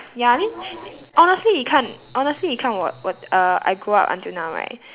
ya I mean honestly 你看 honestly 你看我我 uh I go up until now right